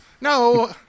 No